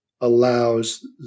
allows